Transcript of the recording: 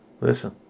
Listen